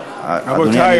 אדוני,